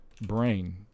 brain